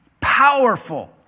powerful